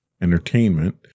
entertainment